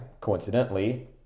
coincidentally